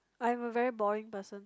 I'm a very boring person